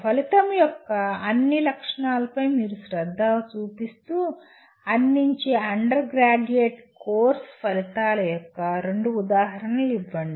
ఫలితం యొక్క అన్ని లక్షణాలపై మీరు శ్రద్ధ చూపిస్తూ అందించే అండర్ గ్రాడ్యుయేట్ కోర్సు ఫలితాల యొక్క రెండు ఉదాహరణలు ఇవ్వండి